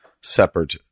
separate